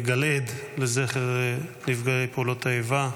גלעד לזכר נפגעי פעולות האיבה,